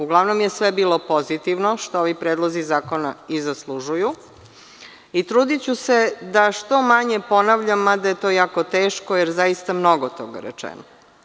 Uglavnom je sve bilo pozitivno, što ovi predlozi zakona i zaslužuju i trudiću se da što manje ponavljam, mada je to jako teško jer je zaista mnogo toga je rečeno.